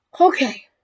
Okay